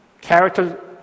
character